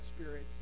spirit